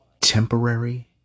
temporary